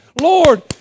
Lord